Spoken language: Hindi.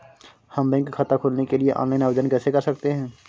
हम बैंक खाता खोलने के लिए ऑनलाइन आवेदन कैसे कर सकते हैं?